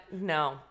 no